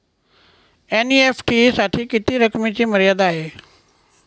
NEFT साठी किती रकमेची मर्यादा आहे?